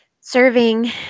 serving